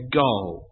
goal